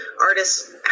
Artists